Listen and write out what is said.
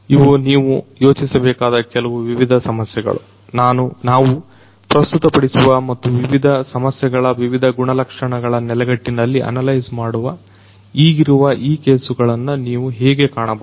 ಇವು ನೀವು ಯೋಚಿಸಬೇಕಾದ ಕೆಲವು ವಿವಿಧ ಸಮಸ್ಯೆಗಳು ನಾವು ಪ್ರಸ್ತುತಪಡಿಸುವ ಮತ್ತು ವಿವಿಧ ಸಮಸ್ಯೆಗಳ ವಿವಿಧ ಗುಣಲಕ್ಷಣಗಳ ನೆಲೆಗಟ್ಟಿನಲ್ಲಿ ಅನಲೈಜ್ ಮಾಡುವ ಈಗಿರುವ ಈ ಕೇಸುಗಳನ್ನು ನೀವು ಹೇಗೆ ಕಾಣಬಹುದು